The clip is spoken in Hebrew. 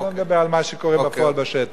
אני לא מדבר על מה שקורה בפועל בשטח.